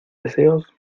deseos